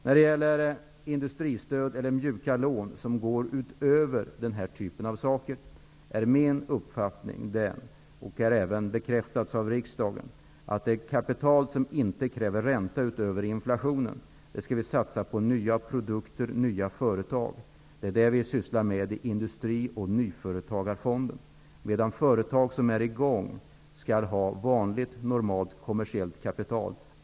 När det gäller industristöd eller mjuka lån som går utöver detta är min uppfattning -- den har även bekräftats av riksdagen -- att det kapital som inte kräver ränta utöver inflationen skall satsas på nya produkter och företag. Detta sysslar Industri och nyföretagarfonden med, medan företag som är i gång skall ha vanligt kommersiellt kapital.